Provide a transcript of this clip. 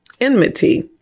enmity